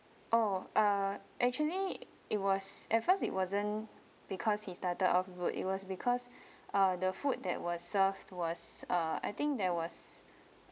oh uh actually it was at first it wasn't because he started of rude it was because ah the food that was served was ah I think that was